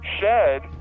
shed